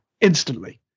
Instantly